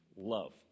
love